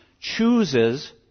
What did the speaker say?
chooses